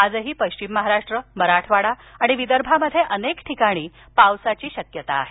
आजही पश्चिम महाराष्ट्र मराठवाडा आणि विदर्भात अनेक ठिकाणी पावसाची शक्यता आहे